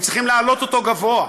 הם צריכים להעלות אותו גבוה,